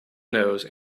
nose